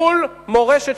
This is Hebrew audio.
מורשת,